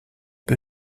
peu